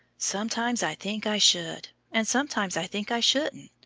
sometimes i think i should, and sometimes i think i shouldn't.